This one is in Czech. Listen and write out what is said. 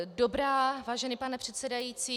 Dobrá, vážený pane předsedající.